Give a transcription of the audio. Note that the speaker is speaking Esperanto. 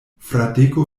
fradeko